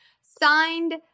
Signed